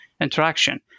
interaction